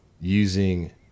using